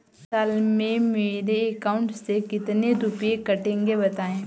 एक साल में मेरे अकाउंट से कितने रुपये कटेंगे बताएँ?